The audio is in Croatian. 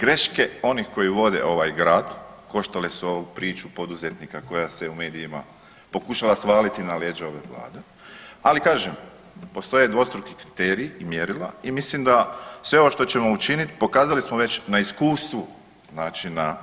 Greške onih koji vode ovaj grad, koštali su ovu priču poduzetnika koja se u medijima pokušala svaliti na leđa ali kažem, postoje dvostruki kriteriji i mjerila i mislim da sve ovo što ćemo učinit, pokazali smo već na iskustvu, znači na